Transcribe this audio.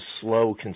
slow